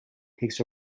takes